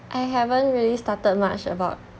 I haven't really started much about